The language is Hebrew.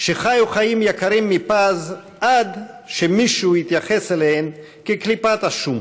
שחיו חיים יקרים מפז עד שמישהו התייחס אליהן כאל קליפת השום.